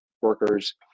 workers